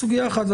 סוגייה אחת זה